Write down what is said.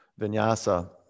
Vinyasa